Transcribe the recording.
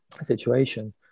situation